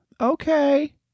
Okay